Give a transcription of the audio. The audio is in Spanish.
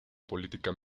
política